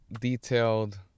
detailed